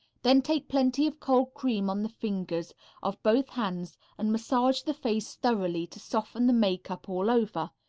then take plenty of cold cream on the fingers of both hands and massage the face thoroughly, to soften the makeup all over.